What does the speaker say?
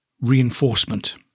reinforcement